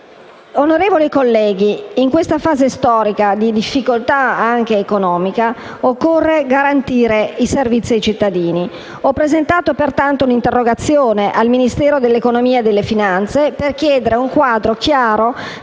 Onorevoli colleghi, in questa fase storica di grandi difficoltà anche economica, occorre garantire i servizi ai cittadini. Ho, pertanto, presentato un'interrogazione al Ministero dell'economia e delle finanze per chiedere un quadro chiaro